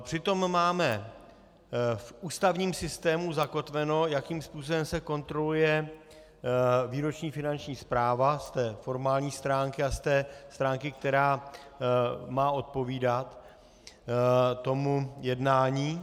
Přitom máme v ústavním systému zakotveno, jakým způsobem se kontroluje výroční finanční zpráva z té stránky formální a z té stránky, která má odpovídat tomu jednání.